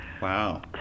wow